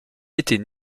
étaient